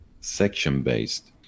section-based